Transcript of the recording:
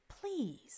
Please